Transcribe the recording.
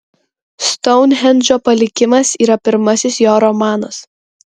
stounhendžo palikimas yra pirmasis jo romanas